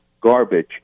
garbage